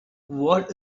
what